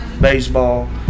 baseball